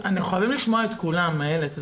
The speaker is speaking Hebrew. חייבים לשמוע את כולם איילת,